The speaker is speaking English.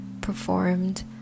performed